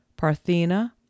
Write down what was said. Parthena